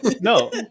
no